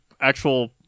actual